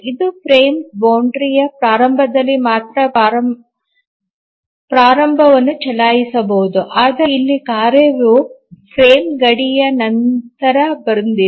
ಇದು ಫ್ರೇಮ್ ಬೌಂಡರಿಯ ಪ್ರಾರಂಭದಲ್ಲಿ ಮಾತ್ರ ಪ್ರಾರಂಭವನ್ನು ಚಲಾಯಿಸಬಹುದು ಆದರೆ ಇಲ್ಲಿ ಕಾರ್ಯವು ಫ್ರೇಮ್ ಗಡಿಯ ನಂತರ ಬಂದಿದೆ